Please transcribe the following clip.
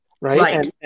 right